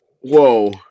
Whoa